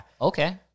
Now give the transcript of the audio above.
Okay